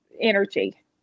energy